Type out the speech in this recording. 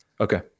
Okay